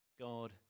God